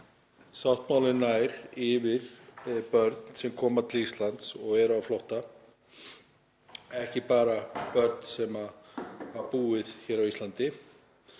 sáttmálinn nær yfir börn sem koma til Íslands og eru á flótta, ekki bara yfir börn sem hafa búið á Íslandi.